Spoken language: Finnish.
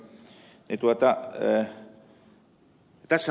mutta itse ed